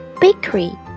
bakery